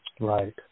Right